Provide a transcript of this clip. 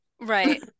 right